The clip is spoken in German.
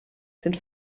sind